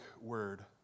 word